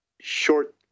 short